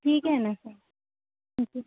ठीक है न सर ठीक है